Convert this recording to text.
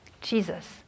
Jesus